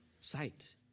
Sight